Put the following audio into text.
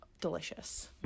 delicious